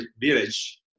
village